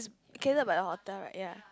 catered by the hotel right ya